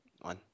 one